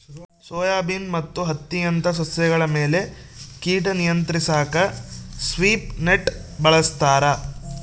soybean ಮತ್ತು ಹತ್ತಿಯಂತ ಸಸ್ಯಗಳ ಮೇಲೆ ಕೀಟ ನಿಯಂತ್ರಿಸಾಕ ಸ್ವೀಪ್ ನೆಟ್ ಬಳಸ್ತಾರ